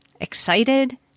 excited